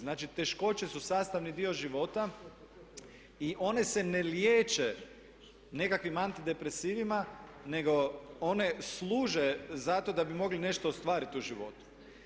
Znači teškoće su sastavni dio života i one se ne liječe nekakvim antidepresivima nego one službe zato da bi mogli nešto ostvariti u životu.